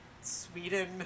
Sweden